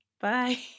Bye